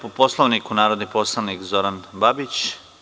Po Poslovniku, narodni poslanik, Zoran Babić.